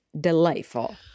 delightful